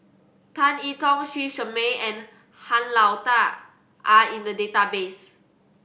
Tan I Tong Lee Shermay and Han Lao Da are in the database